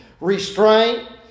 restraint